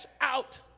out